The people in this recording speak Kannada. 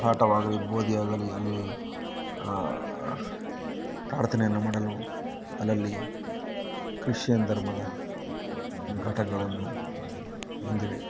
ಪಾಠವಾಗಲಿ ಬೋಧಿಯಾಗಲಿ ಅಲ್ಲಿ ಪ್ರಾರ್ಥನೆಯನ್ನು ಮಾಡಲು ಅಲ್ಲಲ್ಲಿ ಕ್ರಿಶ್ಚನ್ ಧರ್ಮದ ಘಟ್ಟಗಳನ್ನು ಹೊಂದಿವೆ